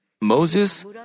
Moses